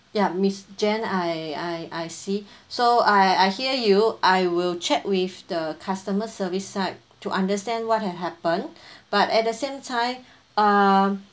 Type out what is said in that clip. ya miss jane I I I see so I I hear you I will check with the customer service side to understand what had happened but at the same time uh